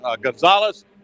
Gonzalez